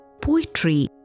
poetry